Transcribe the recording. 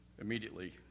immediately